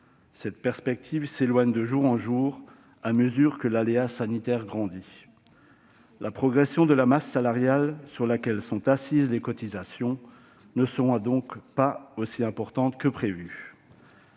cette perspective s'éloigne de jour en jour, à mesure que l'aléa sanitaire s'accroît. La progression de la masse salariale, sur laquelle sont assises les cotisations, ne sera donc pas aussi importante que prévu.